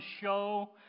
show